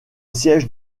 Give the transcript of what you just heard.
siège